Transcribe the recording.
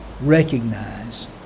recognize